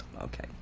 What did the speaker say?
Okay